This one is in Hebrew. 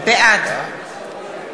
בעד